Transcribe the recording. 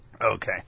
Okay